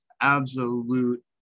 absolute